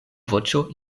voĉo